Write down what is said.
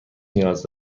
نیاز